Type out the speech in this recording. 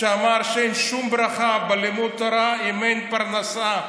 שאמר שאין שום ברכה בלימוד תורה אם אין פרנסה,